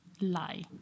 lie